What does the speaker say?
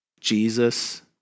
Jesus